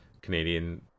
Canadian